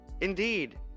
indeed